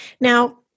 Now